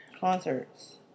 concerts